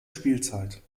spielzeit